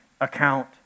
account